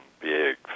big